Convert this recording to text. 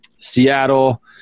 Seattle